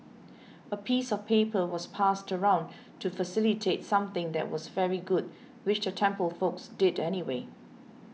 a piece of paper was passed around to facilitate something that was very good which the temple folks did anyway